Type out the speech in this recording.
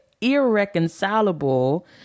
Irreconcilable